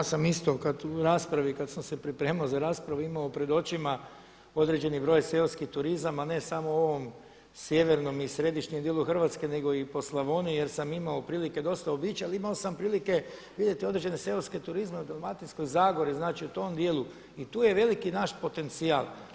Kolega Salapić, ma da, evo ja sam isto u raspravi kada sam se pripremao za raspravu imao pred očima određeni broj seoskih turizama ne samo u ovom sjevernom i središnjem dijelu Hrvatske nego i po Slavoniji jer sam imao prilike dosta obići ali imao sam prilike vidjeti i određene seoske turizme u Dalmatinskoj zagori, znači u tom dijelu i tu je veliki naš potencijal.